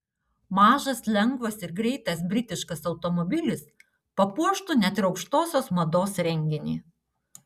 mažas lengvas ir greitas britiškas automobilis papuoštų net ir aukštosios mados renginį